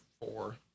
four